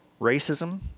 racism